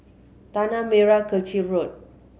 Tanah Merah Kechil Road